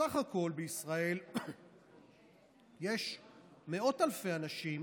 בסך הכול בישראל יש מאות אלפי אנשים